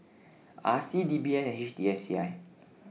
R C D B A and H T S C I